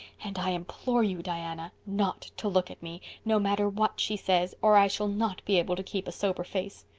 and i implore you, diana, not to look at me, no matter what she says, or i shall not be able to keep a sober face.